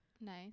Nice